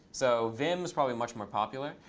so vim is probably much more popular.